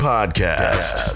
Podcast